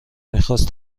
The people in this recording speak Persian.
میخواست